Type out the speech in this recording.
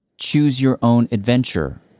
choose-your-own-adventure